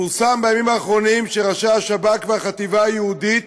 פורסם בימים האחרונים שראשי השב"כ והחטיבה היהודית